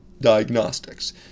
Diagnostics